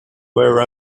there